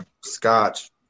scotch